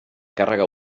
càrrega